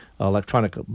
electronic